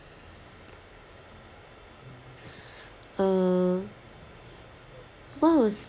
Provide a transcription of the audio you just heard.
um what was